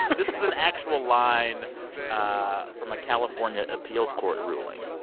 yeah this is an actual line ah from a california appeals court ruling.